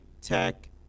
tech